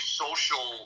social